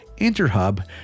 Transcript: Interhub